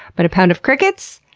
but a pound of crickets?